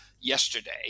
yesterday